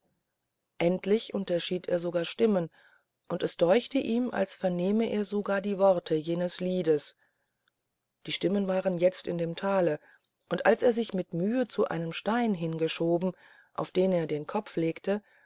endlich unterschied er sogar stimmen und es deuchte ihm als vernehme er sogar die worte jenes liedes die stimmen waren jetzt in dem tale und als er sich mit mühe zu einem stein hingeschoben auf den er den kopf legte